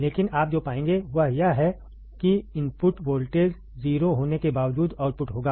लेकिन आप जो पाएंगे वह यह है कि इनपुट वोल्टेज 0 होने के बावजूद आउटपुट होगा